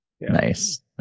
Nice